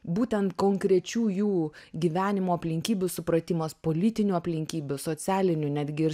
būtent konkrečių jų gyvenimo aplinkybių supratimas politinių aplinkybių socialinių netgi ir